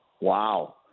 Wow